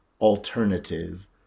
alternative